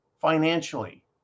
financially